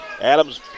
Adams